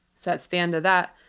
that's the end of that.